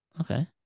Okay